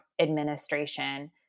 administration